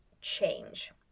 change